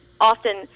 often